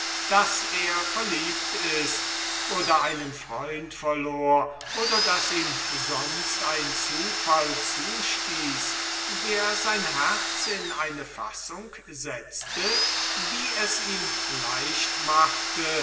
daß er verliebt ist oder einen freund verloren hat oder daß ihm sonst ein zufall zugestoßen ist der sein herz in eine fassung setzt die es ihm leicht macht